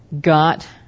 got